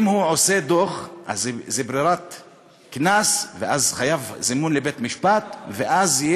אם הוא נותן דוח, אז זה ברירת קנס, ואז זה